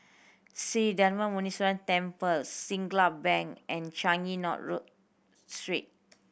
Sri Darma Muneeswaran Temple Siglap Bank and Changi North Road Street